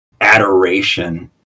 adoration